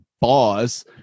boss